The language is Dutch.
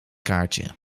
kaartje